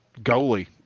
goalie